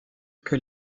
que